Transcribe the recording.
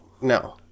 No